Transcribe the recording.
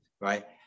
right